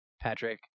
patrick